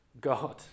God